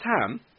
Ham